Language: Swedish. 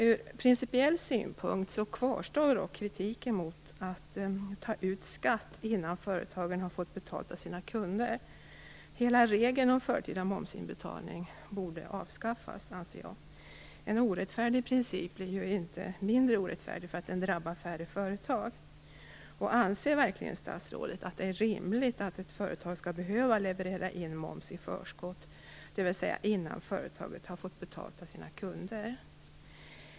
Ur principiell synpunkt kvarstår dock kritiken mot att man tar ut skatt innan företagen har fått betalt av sina kunder. Jag anser att hela regeln om förtida momsinbetalning borde avskaffas. En orättfärdig princip blir inte mindre orättfärdig för att den drabbar färre företag. Anser verkligen statsrådet att det är rimligt att ett företag skall behöva leverera in moms i förskott, dvs. innan företaget har fått betalt av sina kunder?